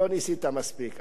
לא ניסית מספיק.